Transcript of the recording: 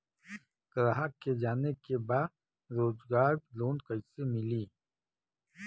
ग्राहक के जाने के बा रोजगार लोन कईसे मिली?